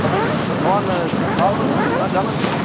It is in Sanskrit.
अस्तु भवान् चालनं न जानन्ति वा